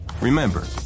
Remember